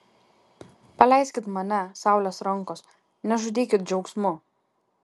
paleiskit mane saulės rankos nežudykit džiaugsmu